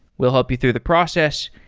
we'll help you through the process,